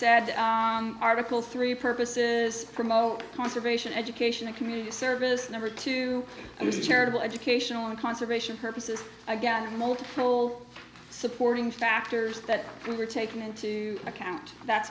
said article three purposes promote conservation education and community service number two and this charitable educational and conservation purposes again multiple supporting factors that we were taking into account that's